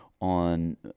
on